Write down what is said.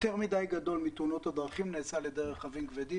יותר מדי גדול מתאונות הדרכים נעשה על ידי רכבים כבדים,